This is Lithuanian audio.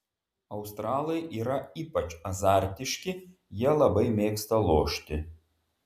australai yra ypač azartiški jie labai mėgsta lošti